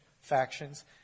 factions